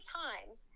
times